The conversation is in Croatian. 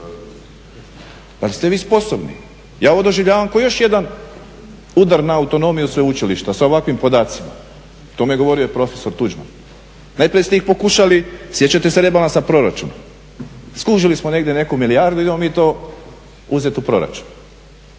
li ste vi onda sposobni? Ja ovo doživljavam kao još jedan udar na autonomiju sveučilišta sa ovakvim podacima, o tome je govorio i profesor Tuđman. Najprije ste ih pokušali, sjećate se rebalansa proračuna, skužili smo negdje neku milijardu idemo mi to uzeti u proračun,